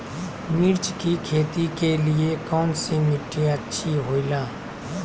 मिर्च की खेती के लिए कौन सी मिट्टी अच्छी होईला?